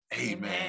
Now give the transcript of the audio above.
Amen